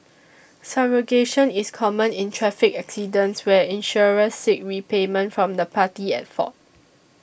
subrogation is common in traffic accidents where insurers seek repayment from the party at fault